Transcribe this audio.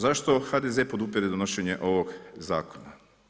Zašto HDZ podupire donošenje ovog zakona?